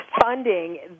funding